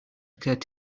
occurred